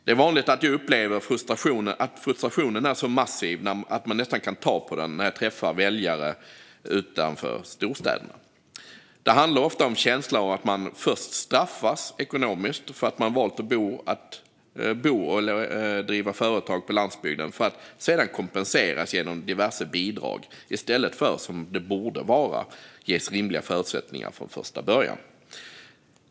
Det är vanligt att jag upplever att frustrationen är så massiv att jag nästan kan ta på den när jag träffar väljare utanför storstäderna. Det handlar ofta om en känsla av att man först straffas ekonomiskt för att man valt att bo eller driva företag på landsbygden för att sedan kompenseras genom diverse bidrag i stället för att, som det borde vara, ges rimliga förutsättningar från första början.